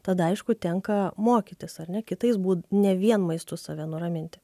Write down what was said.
tada aišku tenka mokytis ar ne kitais ne vien maistu save nuraminti